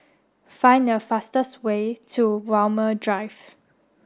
find the fastest way to Walmer Drive